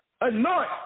anoint